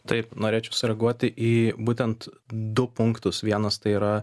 taip norėčiau sureaguoti į būtent du punktus vienas tai yra